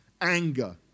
anger